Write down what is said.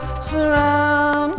Surround